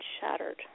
shattered